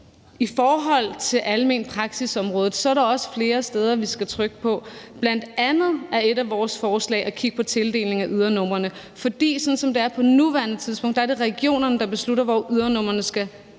I forhold til almen praksis-området er der også flere knapper vi skal trykke på. Bl.a. er et af vores forslag at kigge på tildelingen af ydernumre, for sådan som det er på nuværende tidspunkt, er det regionerne, der beslutter, hvor ydernumrene skal